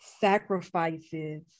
sacrifices